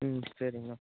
ம் சரிங்ண்ணா